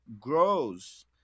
grows